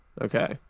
Okay